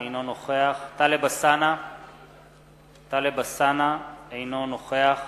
אינו נוכח טלב אלסאנע, אינו נוכח